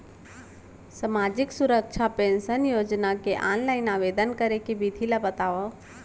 सामाजिक सुरक्षा पेंशन योजना के ऑनलाइन आवेदन करे के विधि ला बतावव